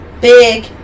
Big